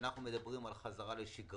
כשאנחנו מדברים על חזרה לשגרה,